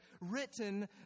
written